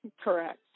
Correct